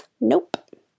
Nope